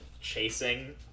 chasing